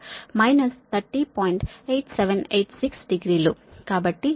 8786 degree లు కాబట్టి ఈ వైపు 36